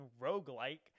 roguelike